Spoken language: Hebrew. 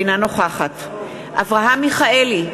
אינה נוכחת אברהם מיכאלי,